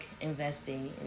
investing